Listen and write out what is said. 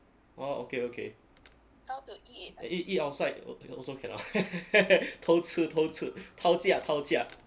!wah! okay okay ea~ eat outside al~ also cannot 偷吃偷吃 tao jiak tao jiak